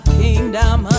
kingdom